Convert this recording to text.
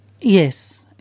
Yes